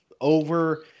over